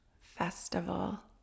Festival